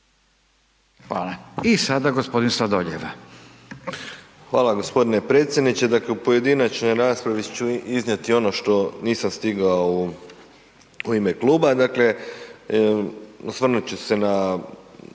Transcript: **Sladoljev, Marko (MOST)** Hvala g. predsjedniče. Dakle, u pojedinačnoj raspravi ću iznijeti ono što nisam stigao u ime kluba. Dakle, osvrnut ću se na